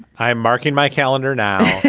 i'm marking my calendar now.